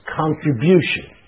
contribution